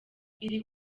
iri